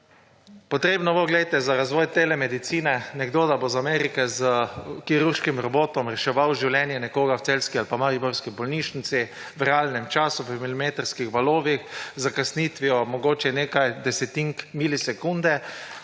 Potrebno bo za razvoj telemedicine, nekdo da bo iz Amerike s kirurškim robotom reševal življenje nekoga v celjski ali pa mariborski bolnišnici, v realnem času po milimetrskih valovih, z zakasnitvijo mogoče nekaj desetink milisekunde,